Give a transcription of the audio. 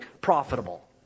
profitable